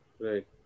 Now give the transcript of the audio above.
Right